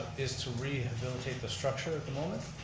is to rehabilitate the structure at the moment.